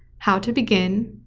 how to begin,